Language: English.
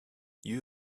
you